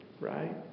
right